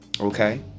Okay